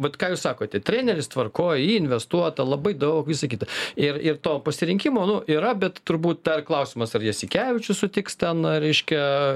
vat ką jūs sakote treneris tvarkoj į jį investuota labai daug visą kitą ir ir to pasirinkimo nu yra bet turbūt dar klausimas ar jasikevičius sutiks ten reiškia